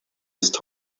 ist